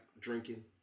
Drinking